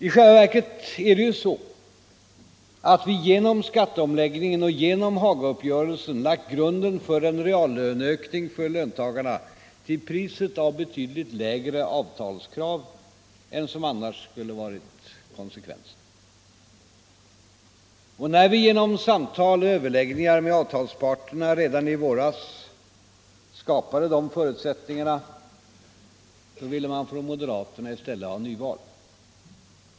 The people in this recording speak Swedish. I själva verket är det så, att vi genom skatteomläggningen och genom Hagauppgörelsen lagt grunden för en reallönehöjning för löntagarna till priset av betydligt lägre avtalskrav än som annars skulle ha varit konsekvensen. När vi genom samtal och överläggningar med avtalsparterna redan i våras skapade de förutsättningarna ville moderaterna i stället ha nyval.